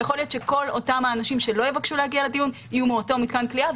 ויכול להיות שאותם אנשים שלא יבקשו להגיע לדיון יהיו מאותו מתקן כליאה,